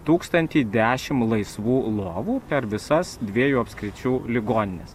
tūkstantį dešim laisvų lovų per visas dviejų apskričių ligonines